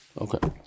Okay